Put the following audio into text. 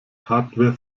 hardware